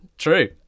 True